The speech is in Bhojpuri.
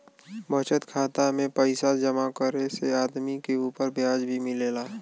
बचत खाता में पइसा जमा करे से आदमी के उपर ब्याज भी मिलेला